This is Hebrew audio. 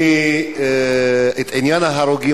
עניין ההרוגים,